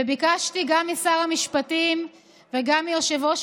וביקשתי גם משר המשפטים וגם מיושב-ראש